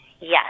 Yes